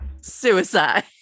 Suicide